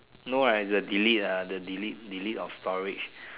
no right is the delete ah the delete delete of storage